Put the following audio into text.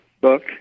book